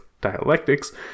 dialectics